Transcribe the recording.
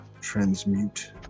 transmute